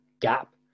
gap